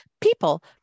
people